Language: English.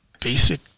basic